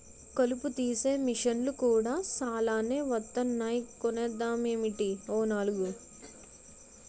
కలుపు తీసే మిసన్లు కూడా సాలానే వొత్తన్నాయ్ కొనేద్దామేటీ ఓ నాలుగు?